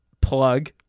Plug